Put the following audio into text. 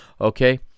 Okay